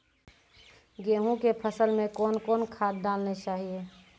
गेहूँ के फसल मे कौन कौन खाद डालने चाहिए?